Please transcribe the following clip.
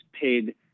paid